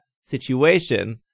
situation